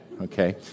okay